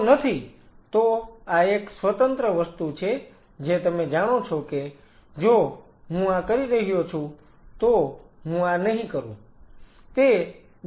જો નથી તો આ એક સ્વતંત્ર વસ્તુ છે જે તમે જાણો છો કે જો હું આ કરી રહ્યો છું તો હું આ નહીં કરું